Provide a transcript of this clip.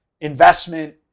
investment